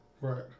Right